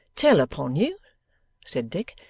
tell upon you said dick.